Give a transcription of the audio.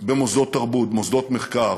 במוסדות תרבות, במוסדות מחקר,